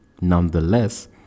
nonetheless